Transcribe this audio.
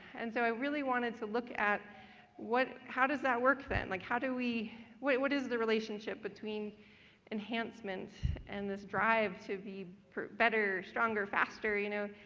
and so i really wanted to look at what how does that work then? like how do we what is the relationship between enhancement and this drive to be better, stronger, faster, you know?